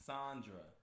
Sandra